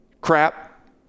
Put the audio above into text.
crap